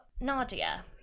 Nadia